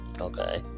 Okay